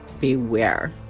Beware